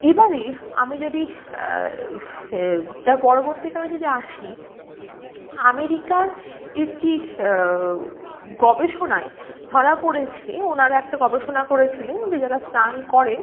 এবারে আমি যদি তার পরবর্তীকালে যদি আসি আমেরিকার একটি গবেষণায় ধরা পড়েছে ওনারা একটা গবেষণা করেছিলেন যে যারা স্নান করেন